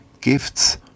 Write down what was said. gifts